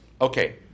Okay